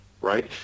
right